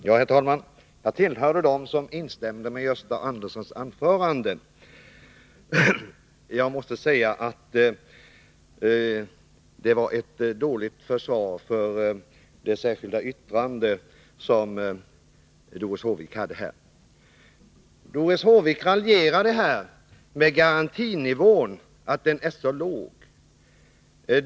Herr talman! Jag tillhör väl dem som instämmer i Gösta Anderssons anförande. Jag måste säga att det Doris Håvik sade var ett dåligt försvar för det särskilda yttrandet. Hon raljerade över att garantinivån är så låg.